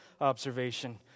observation